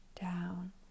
down